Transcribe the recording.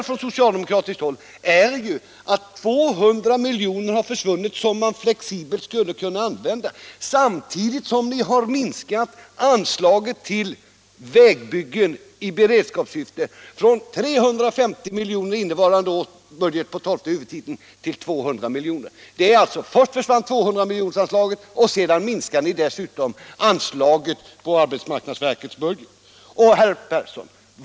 Från socialdemokratiskt håll beklagar vi emellertid att 200 milj.kr. har försvunnit, ett belopp som man flexibelt hade kunnat använda. Samtidigt har ni minskat anslaget till vägbyggen i beredskapssyfte från 350 milj.kr. i innevarande års budget, tolfte huvudtiteln, till 200 milj.kr. Först försvann 200-miljonersanslaget. Sedan minskade ni dessutom anslaget på arbetsmarknadsverkets budget. Herr Persson!